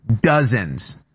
Dozens